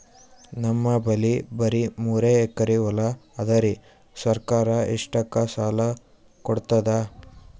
ನಮ್ ಬಲ್ಲಿ ಬರಿ ಮೂರೆಕರಿ ಹೊಲಾ ಅದರಿ, ಸರ್ಕಾರ ಇಷ್ಟಕ್ಕ ಸಾಲಾ ಕೊಡತದಾ?